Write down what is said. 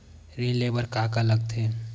ऋण ले बर का का लगथे?